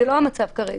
זה לא המצב כרגע.